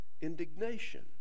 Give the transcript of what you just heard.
indignation